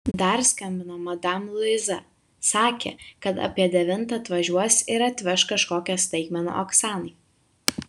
dar skambino madam luiza sakė kad apie devintą atvažiuos ir atveš kažkokią staigmeną oksanai